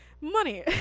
money